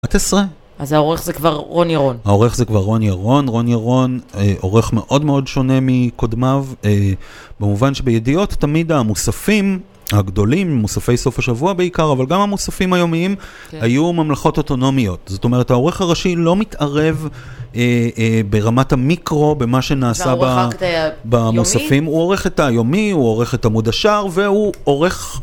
אחת עשרה? אז העורך זה כבר רון ירון. העורך זה כבר רון ירון. רון ירון, עורך מאוד מאוד שונה מקודמיו, במובן שבידיעות תמיד המוספים הגדולים, מוספי סוף השבוע בעיקר, אבל גם המוספים היומיים, היו ממלכות אוטונומיות. זאת אומרת, העורך הראשי לא מתערב ברמת המיקרו, במה שנעשה במוספים. הוא עורך את היומי, הוא עורך את עמוד השער, והוא עורך...